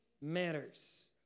Matters